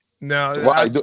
No